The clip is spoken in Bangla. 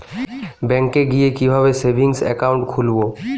ব্যাঙ্কে গিয়ে কিভাবে সেভিংস একাউন্ট খুলব?